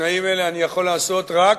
בתנאים אלה אני יכול לעשות רק